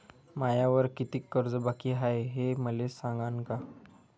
मायावर कितीक कर्ज बाकी हाय, हे मले सांगान का?